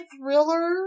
thriller